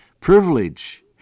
privilege